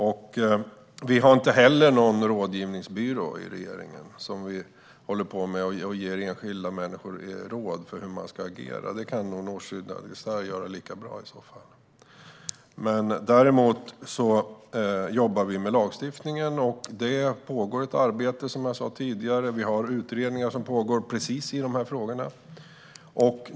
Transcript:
Regeringen är inte heller en rådgivningsbyrå. Vi ger inte enskilda människor råd om hur de ska agera. Det kan Nooshi Dadgostar göra lika bra. Däremot jobbar regeringen med lagstiftningen. Precis som jag sa tidigare pågår ett arbete. Det pågår utredningar i dessa frågor.